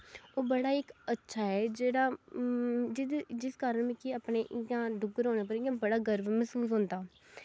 ओह् बड़ा इक अच्छा ऐ जेह्ड़ा इक जिस कारण मिगी अपने इया डुग्गर होने पर इयां बड़ा गर्व मैहसूस होंदा